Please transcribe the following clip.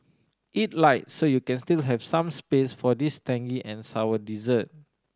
eat light so you can still have some space for this tangy and sour dessert